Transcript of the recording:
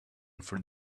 for